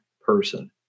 person